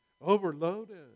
overloaded